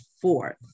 fourth